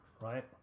right